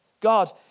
God